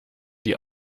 die